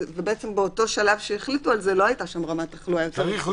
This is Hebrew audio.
ובעצם באותו שלב שהחליטו על זה לא הייתה שם רמת תחלואה יותר גבוהה.